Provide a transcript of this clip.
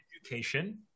education